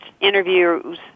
interviews